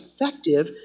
effective